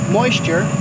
moisture